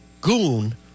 goon